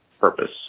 purpose